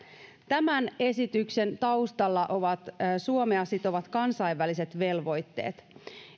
tämän esityksen taustalla ovat suomea sitovat kansainväliset velvoitteet